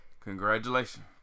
congratulations